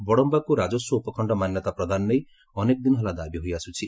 ବଡମ୍ୟାକୁ ରାଜସ୍ୱ ଉପଖଶ୍ତ ମାନ୍ୟତା ପ୍ରଦାନ ନେଇ ଅନେକ ଦିନ ହେଲା ଦାବି ହୋଇ ଆସୁଛି